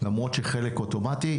למרות שחלק אוטומטי.